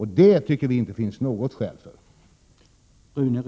Det tycker inte vi att det finns något skäl för.